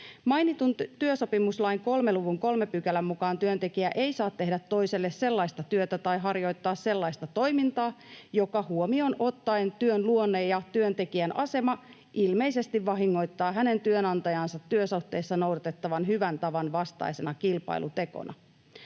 Mainitun työsopimuslain 3 luvun 3 §:n mukaan työntekijä ei saa tehdä toiselle sellaista työtä tai harjoittaa sellaista toimintaa, joka huomioon ottaen työn luonne ja työntekijän asema ilmeisesti vahingoittaa hänen työnantajaansa työsuhteissa noudatettavan hyvän tavan vastaisena kilpailutekona.